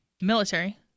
Military